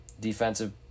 Defensive